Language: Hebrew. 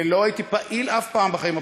ולא הייתי פעיל אף פעם בחיים הפוליטיים.